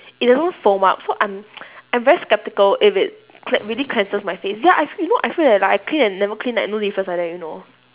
it doesn't foam up so I'm I'm very skeptical if it really cleanses my face ya I feel you know I feel that like I clean and never clean like no difference like that you know